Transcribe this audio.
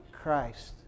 Christ